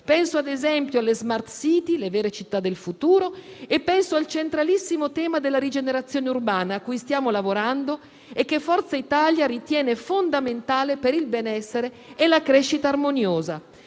Penso, ad esempio, alle *smart city*, le vere città del futuro e penso al centralissimo tema della rigenerazione urbana cui stiamo lavorando e che Forza Italia ritiene fondamentale per il benessere e la crescita armoniosa.